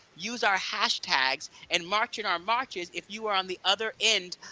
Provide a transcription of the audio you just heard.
use our hashtags and march in our marches, if you are on the other end